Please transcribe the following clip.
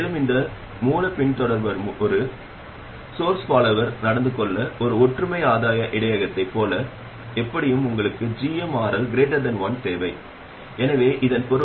மேலும் ஒரு மூலப் பின்தொடர்பவர் ஒரு மூலப் பின்தொடர்பவராக நடந்து கொள்ள ஒரு ஒற்றுமை ஆதாய இடையகத்தைப் போல எப்படியும் உங்களுக்கு gmRL 1 தேவை எனவே இதன் பொருள் RL 1gm